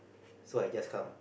so I just come